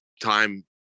time